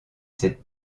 cette